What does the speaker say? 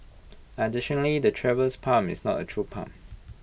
additionally the Traveller's palm is not A true palm